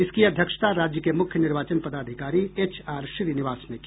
इसकी अध्यक्षता राज्य के मुख्य निर्वाचन पदाधिकारी एच आर श्रीनिवास ने की